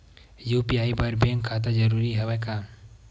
UPI बर bank खाता जरूरी हवय का?